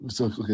okay